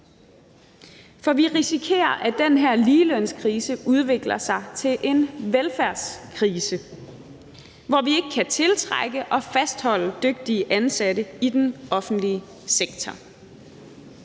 for vi risikerer, at den her ligelønskrise udvikler sig til en velfærdskrise, hvor vi ikke kan tiltrække og fastholde dygtige ansatte i den offentlige sektor.